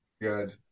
Good